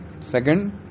Second